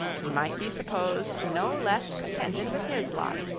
he might be supposed no less contented with his lot,